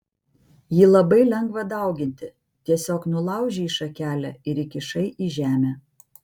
jį labai lengva dauginti tiesiog nulaužei šakelę ir įkišai į žemę